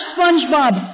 SpongeBob